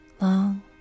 long